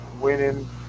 winning